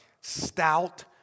stout